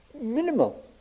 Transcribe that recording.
minimal